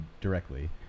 directly